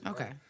Okay